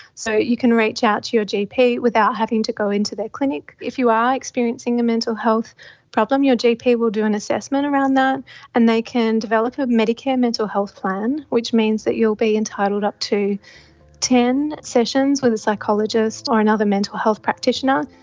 so you can reach out to your gp without having to go into their clinic. if you are experiencing a mental health problem, your gp will do an assessment around that and they can develop a medicare mental health plan which means that you'll be entitled to up to ten sessions with a psychologist or another mental health practitioner,